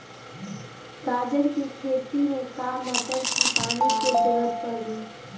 गाजर के खेती में का मोटर के पानी के ज़रूरत परी?